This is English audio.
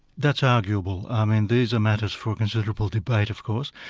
that's arguable. i mean these are matters for considerable debate of course.